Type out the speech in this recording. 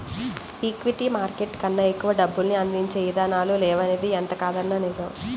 equity market కన్నా ఎక్కువ డబ్బుల్ని అందించే ఇదానాలు లేవనిది ఎంతకాదన్నా నిజం